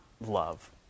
love